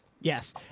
Yes